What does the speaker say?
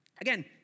Again